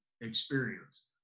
experience